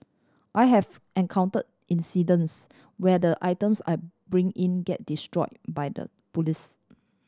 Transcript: I have encounter incidents where the items I bring in get destroy by the police